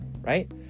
right